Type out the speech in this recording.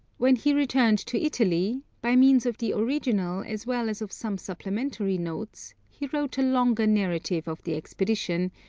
when he returned to italy, by means of the original as well as of some supplementary notes, he wrote a longer narrative of the expedition,